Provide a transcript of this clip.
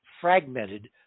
fragmented